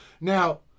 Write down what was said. now